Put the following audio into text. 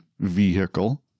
vehicle